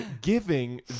giving